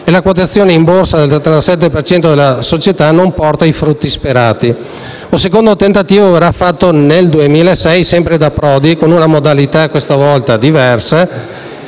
e la quotazione in borsa del 37 per cento della società non porta i frutti sperati. Un secondo tentativo verrà poi fatto nel 2006, sempre da Prodi, con una modalità questa volta diversa: